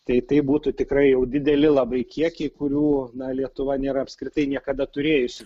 tai tai būtų tikrai jau dideli labai kiekiai kurių na lietuva nėra apskritai niekada turėjusi